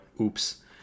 Oops